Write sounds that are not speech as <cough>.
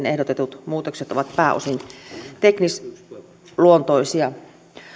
<unintelligible> ehdotetut muutokset ovat pääosin teknisluontoisia